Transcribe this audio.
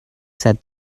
said